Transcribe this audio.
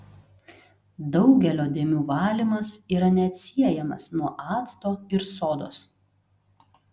daugelio dėmių valymas yra neatsiejamas nuo acto ir sodos